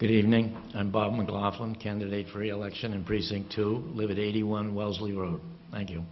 good evening and bomb went off on candidate for re election and precinct to live at eighty one wellesley